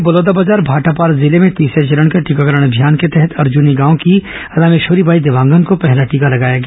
वहीं बलौदाबाजार भाटापारा जिले में तीसरें चरण के टीकाकरण अभियान के तहत अर्जुनी गांव की रामेश्वरी बाई देवांगन को पहला टीका लगाया गया